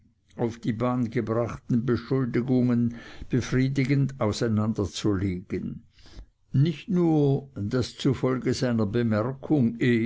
auf die bahn gebrachten beschuldigungen befriedigend auseinanderzulegen nicht nur daß zufolge seiner bemerkung